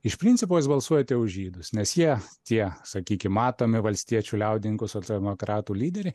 iš principo jūs balsuojate už žydus nes jie tie sakykim matomi valstiečių liaudininkų socialdemokratų lyderiai